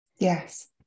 Yes